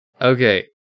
Okay